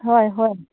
ꯍꯣꯏ ꯍꯣꯏ